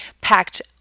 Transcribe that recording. packed